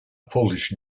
polish